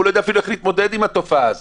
הוא לא יודע אפילו איך להתמודד עם התופעה הזאת.